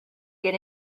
get